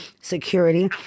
security